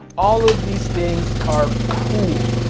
all of these things are cool.